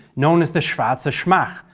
known as the schwarze schmach,